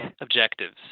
objectives